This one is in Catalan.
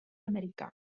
americà